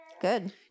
Good